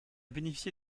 bénéficié